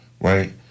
right